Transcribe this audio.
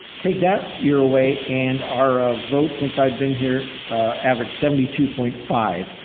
take that year away, and our ah votes since i've been here averaged seventy two point five,